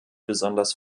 besonders